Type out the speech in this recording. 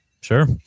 Sure